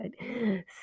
good